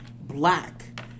Black